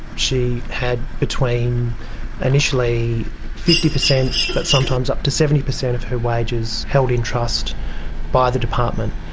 she had between initially fifty percent but sometimes up to seventy percent of her wages held in trust by the department.